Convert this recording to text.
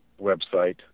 website